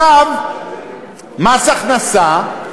מס הכנסה,